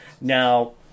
Now